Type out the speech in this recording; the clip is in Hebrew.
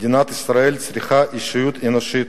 מדינת ישראל צריכה אישיות אנושית,